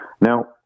Now